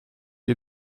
est